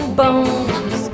bones